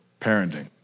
parenting